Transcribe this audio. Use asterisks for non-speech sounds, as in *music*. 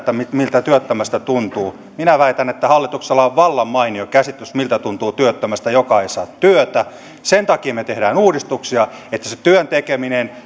miltä työttömästä tuntuu minä väitän että hallituksella on vallan mainio käsitys miltä tuntuu työttömästä joka ei saa työtä sen takia me teemme uudistuksia että se työn tekeminen *unintelligible*